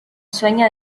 sueño